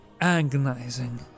Agonizing